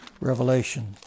Revelation